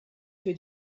für